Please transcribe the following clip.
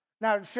Now